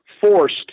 forced